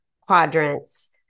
quadrants